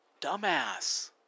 Dumbass